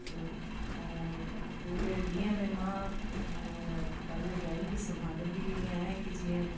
चित्र ऐं पूरे ॾींअं में मां पांजे ड्रॉइंग खे संभालंदी ईअं आहियां कि जीअं